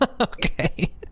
Okay